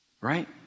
right